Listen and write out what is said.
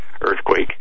earthquake